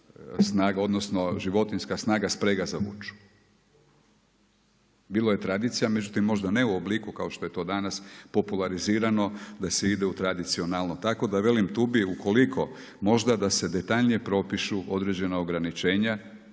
odnosno životinjska snaga, sprega za vuču. Bilo je tradicija, međutim možda ne u obliku kao što je to danas popularizirano da se ide u tradicionalno. Tako da velim tu bi ukoliko možda da se detaljnije propišu određena ograničenja